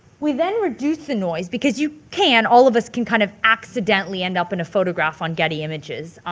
we then reduced the noise, because you can, all of us can kind of accidentally end up in a photograph on getty images,